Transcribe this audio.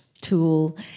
tool